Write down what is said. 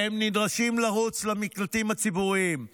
והם נדרשים לרוץ למקלטים הציבוריים.